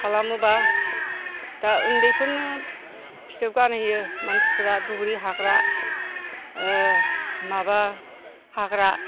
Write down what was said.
खालामोबा दा ओन्दैफोरनो फिथोब गानहोयो मानसिफ्रा दुब्रि हाग्रा माबा हाग्रा